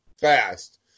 fast